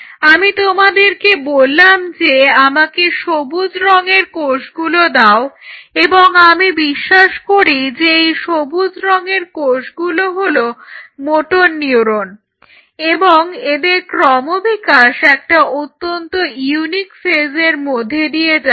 আমি তোমাদেরকে বললাম যে আমাকে সবুজ রঙের কোষগুলো দাও এবং আমি বিশ্বাস করি যে এই সবুজ রঙের কোষগুলো হলো মোটর নিউরন এবং এদের ক্রমবিকাশ একটা অত্যন্ত ইউনিক ফেজের মধ্যে দিয়ে যাচ্ছে